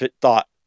thought